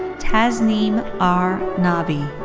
tasneem r nabi.